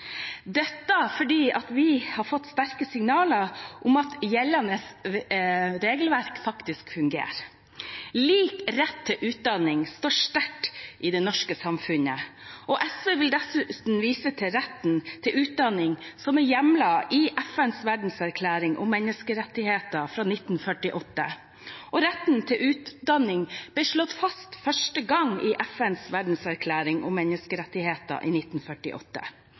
Dette er fordi vi har fått sterke signaler om at gjeldende regelverk faktisk fungerer. Lik rett til utdanning står sterkt i det norske samfunnet, og SV vil dessuten vise til retten til utdanning, som er hjemlet i FNs verdenserklæring om menneskerettigheter fra 1948. Retten til utdanning ble slått fast for første gang i FNs verdenserklæring om menneskerettigheter i 1948.